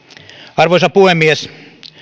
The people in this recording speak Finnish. arvoisa puhemies